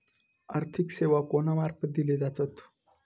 आर्थिक सेवा कोणा मार्फत दिले जातत?